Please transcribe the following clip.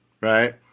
right